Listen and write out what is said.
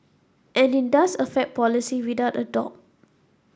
and in does affect policy without a